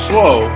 Slow